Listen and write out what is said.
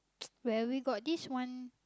where we got this one